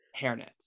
hairnets